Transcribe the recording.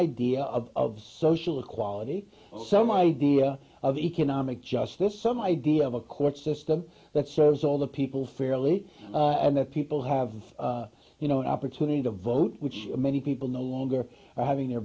idea of social equality some idea of economic justice some idea of a court system that serves all the people fairly and that people have you know an opportunity to vote which many people no longer having their